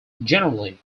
generally